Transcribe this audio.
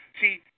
see